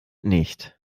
nicht